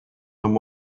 and